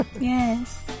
Yes